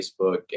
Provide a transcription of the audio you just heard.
Facebook